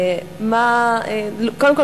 קודם כול,